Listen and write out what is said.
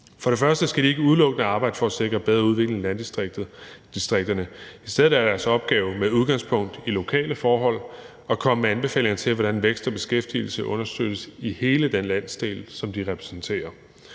For det første skal de ikke udelukkende arbejde for at sikre bedre udvikling i landdistrikterne. I stedet er deres opgave med udgangspunkt i lokale forhold at komme med anbefalinger til, hvordan vækst og beskæftigelse understøttes i hele den landsdel, som de repræsenterer.